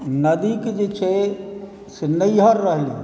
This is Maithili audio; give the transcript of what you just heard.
नदीके जे छै से नैहर रहल अइ